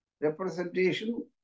representation